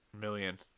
million